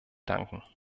danken